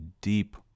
deep